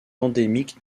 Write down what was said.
endémique